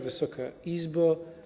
Wysoka Izbo!